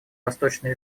восточной